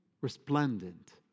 resplendent